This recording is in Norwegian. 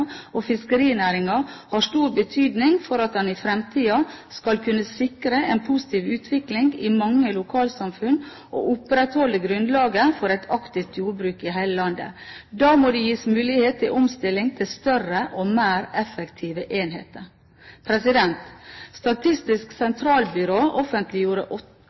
fiskerinæringen og har stor betydning for at en i fremtiden skal kunne sikre en positiv utvikling i mange lokalsamfunn og opprettholde grunnlaget for et aktivt jordbruk i hele landet. Da må det gis mulighet til omstilling til større og mer effektive enheter. Statistisk sentralbyrå offentliggjorde